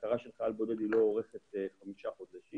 הכרה של חייל בודד לא אורכת 5 חודשים.